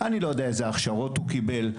אני לא יודע אילו הכשרות העובד קיבל.